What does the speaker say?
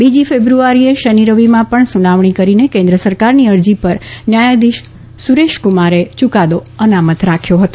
બીજી ફેબ્રુઆરીએ શનિ રવિમાં પણ સુનાવણી કરીને કેન્મ સરકારની અરજી પર ન્યાયાધીશ સુરેશકુમારે યૂકાદો અનામત રાખ્યો હતો